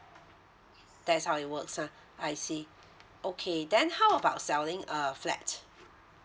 that's how it works ha I see okay then how about selling a flat